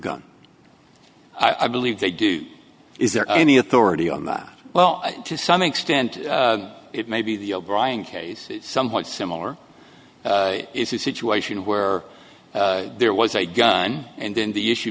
gun i believe they do is there any authority on the well to some extent it may be the o'brien case somewhat similar it's a situation where there was a gun and then the issue